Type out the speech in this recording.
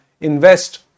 invest